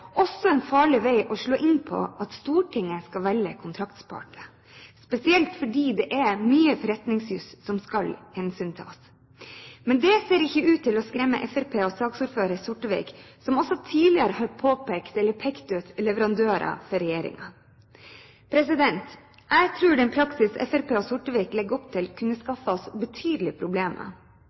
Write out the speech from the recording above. også en farlig vei å slå inn på at Stortinget skal velge kontraktspartner, spesielt fordi det er mye forretningsjus som skal hensyntas. Men dét ser ikke ut til å skremme Fremskrittspartiet og saksordføreren, Arne Sortevik, som også tidligere har pekt ut leverandører for regjeringen. Jeg tror den praksis Fremskrittspartiet og Arne Sortevik legger opp til, kunne skaffet oss betydelige problemer,